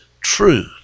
truth